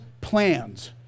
plans